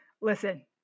Listen